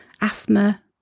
asthma